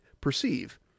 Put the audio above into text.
perceive